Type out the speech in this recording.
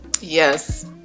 Yes